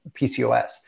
PCOS